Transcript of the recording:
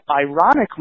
ironically